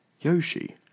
Yoshi